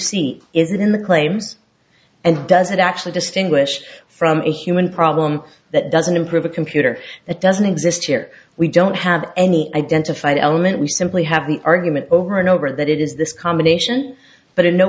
is it in the claims and does it actually distinguish from a human problem that doesn't improve a computer that doesn't exist here we don't have any identified element we simply have an argument over and over that it is this combination but in no